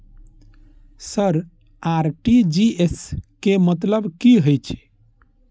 Sir RTGS के मतलब की हे छे?